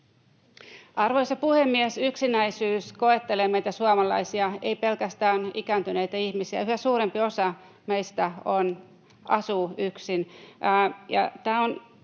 Arvoisa puhemies! Yksinäisyys koettelee meitä suomalaisia, ei pelkästään ikääntyneitä ihmisiä. Yhä suurempi osa meistä asuu yksin.